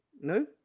No